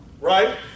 right